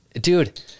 dude